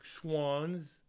swans